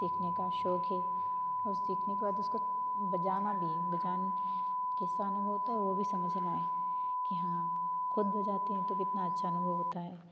सीखने का शौक है और सीखने के बाद उसको बजाना भी है बजाना भी कैसे होता है वो भी समझना है कि हाँ खुद बजाते हैं तो कितना अच्छा अनुभव होता है